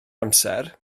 amser